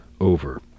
over